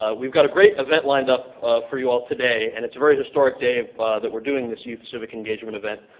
ah we've got a great event lined up for you all today. and it's a very historic day that we're doing this youth civic engagement event.